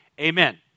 Amen